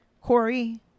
Corey